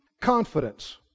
confidence